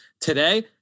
today